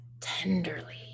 tenderly